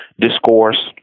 discourse